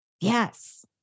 Yes